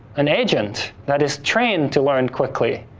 an agent that is trained to learn quickly,